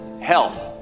health